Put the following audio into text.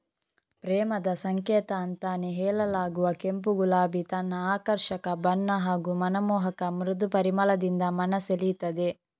ಪ್ರೇಮದ ಸಂಕೇತ ಅಂತಾನೇ ಹೇಳಲಾಗುವ ಕೆಂಪು ಗುಲಾಬಿ ತನ್ನ ಆಕರ್ಷಕ ಬಣ್ಣ ಹಾಗೂ ಮನಮೋಹಕ ಮೃದು ಪರಿಮಳದಿಂದ ಮನ ಸೆಳೀತದೆ